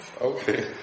Okay